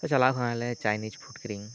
ᱪᱟᱞᱟᱣ ᱟᱠᱟᱱᱟᱞᱮ Chinese food ᱠᱤᱨᱤᱧ